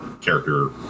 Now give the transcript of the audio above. character